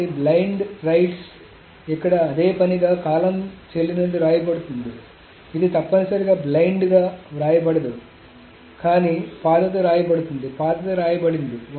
కాబట్టి blind writes ఇక్కడ అదే పనిగా కాలం చెల్లినది వ్రాయబడుతుంది కాబట్టి ఇది తప్పనిసరిగా బ్లైండ్ గా వ్రాయబడదు కానీ పాతది వ్రాయబడుతుంది పాతది వ్రాయబడింది